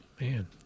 man